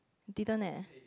didn't eh